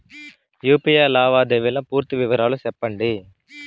UPI లావాదేవీల పూర్తి వివరాలు సెప్పండి?